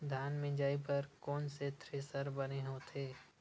धान मिंजई बर कोन से थ्रेसर बने होथे?